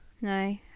No